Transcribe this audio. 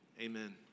Amen